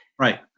Right